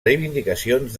reivindicacions